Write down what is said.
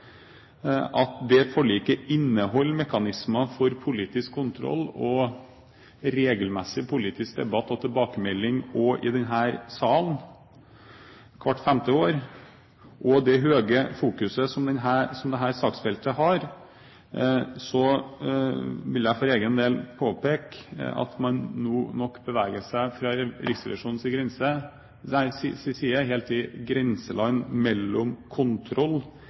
at det forliket inneholder mekanismer for politisk kontroll og regelmessig politisk debatt og tilbakemelding òg i denne salen hvert femte år, og det store fokuset som dette saksfeltet har, vil jeg for egen del påpeke at man nå fra Riksrevisjonens side nok beveger seg helt i grenseland mellom kontroll og politikk. Riksrevisjonen